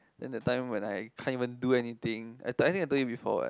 then that time when I can't even do anything I think I told you before what